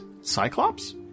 Cyclops